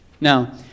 Now